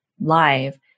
live